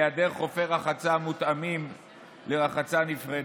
בהיעדר חופי רחצה מותאמים לרחצה נפרדת,